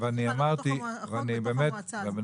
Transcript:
ואני אמרתי,